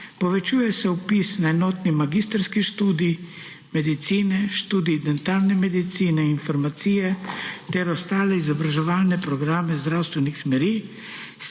Povečuje se vpis na enotni magistrski študij medicine, študij dentalne medicine in farmacije ter ostale izobraževalne programe zdravstvenih smeri